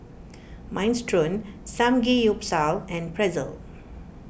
Minestrone Samgeyopsal and Pretzel